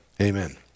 Amen